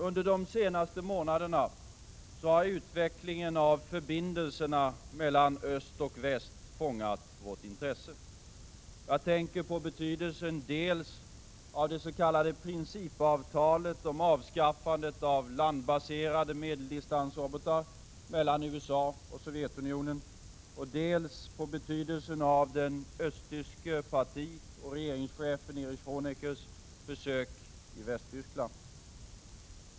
Under de senaste månaderna har utvecklingen av förbindelserna mellan öst och väst fångat vårt intresse. Jag tänker på betydelsen dels av dets.k. principavtalet mellan USA och Sovjetunionen om avskaffande av landbaserade medeldistansrobotar, dels av den östtyske partioch statschefen Erich Honeckers besök i Västtyskland.